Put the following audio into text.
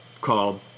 called